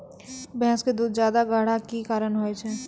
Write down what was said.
भैंस के दूध ज्यादा गाढ़ा के कि कारण से होय छै?